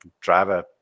driver